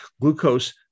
glucose